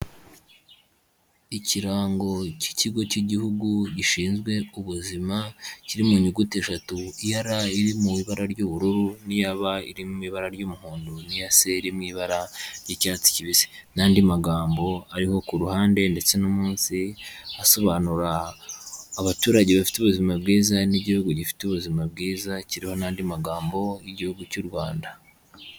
Ikirango k'ikigo k'igihugu gishinzwe ubuzima, kiri mu nyuguti eshatu iya R iri mu ibara ry'ubururu n'iya B iririmo ibara ry'umuhondo n'iya C mu ibara ry'icyatsi kibisi, n'andi magambo ariho ku ruhande ndetse no umunsi asobanura, abaturage bafite ubuzima bwiza n'igihugu gifite ubuzima bwiza, kiroho n'andi magambo y'igihugu cy'u Rwanda.